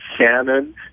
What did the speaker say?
Shannon